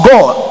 God